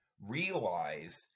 realize